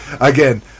again